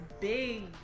big